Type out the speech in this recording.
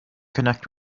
connect